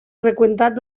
freqüentat